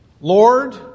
Lord